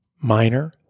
minor